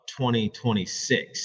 2026